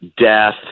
death